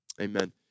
Amen